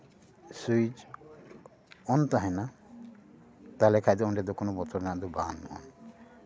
switch on ᱛᱟᱦᱮᱸᱱᱟ ᱛᱟᱦᱞᱮ ᱠᱷᱟᱱ ᱫᱚ ᱚᱰᱮ ᱫᱚ ᱵᱚᱛᱚᱨ ᱨᱮᱱᱟᱜ ᱫᱚ ᱵᱟᱹᱱᱩᱜᱼᱟ